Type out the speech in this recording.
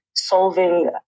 solving